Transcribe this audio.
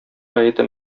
гаете